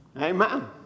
Amen